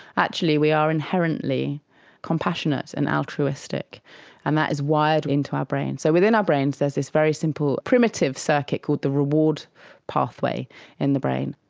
actually we are inherently compassionate and altruistic and that is wired into our brains. so within our brains there is this very simple primitive circuit called the reward pathway in the brain.